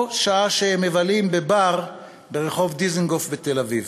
שעה שהם מבלים בבר ברחוב דיזנגוף בתל-אביב.